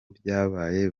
byabaye